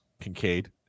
Kincaid